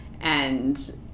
and-